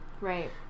Right